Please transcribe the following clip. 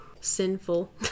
sinful